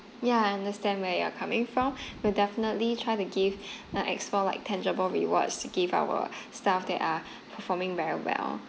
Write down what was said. ya I understand where you are coming from we'll definitely try to give uh explore like tangible rewards to give our staff that are performing very well